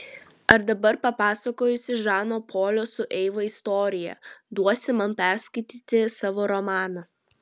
ar dabar papasakojusi žano polio su eiva istoriją duosi man perskaityti savo romaną